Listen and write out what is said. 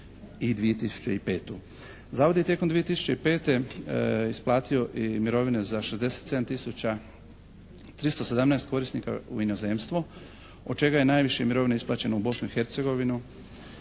i 2005. Zavod je tijekom 2005. isplatio i mirovine za 67 tisuća 317 korisnika u inozemstvu od čega je najviše mirovina isplaćeno u Bosnu i Hercegovinu,